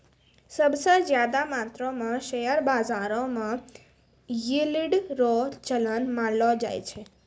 सब स ज्यादा मात्रो म शेयर बाजारो म यील्ड रो चलन मानलो जाय छै